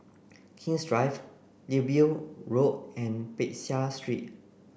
King's Drive Digby Road and Peck Seah Street